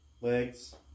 legs